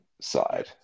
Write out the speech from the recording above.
side